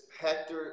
Hector